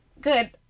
Good